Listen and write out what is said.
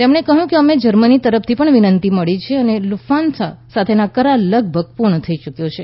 તેમણે કહ્યું કે અમને જર્મની તરફથી વિનંતી પણ મળી છે અને લુફથાન્સા સાથેનો કરાર લગભગ પૂર્ણ થઈ ચૂક્યો છે